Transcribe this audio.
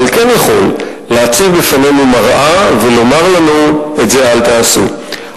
אבל כן יכול להציב בפנינו מראה ולומר לנו: את זה אל תעשו.